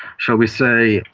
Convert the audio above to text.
shall we say,